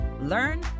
learn